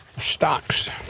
Stocks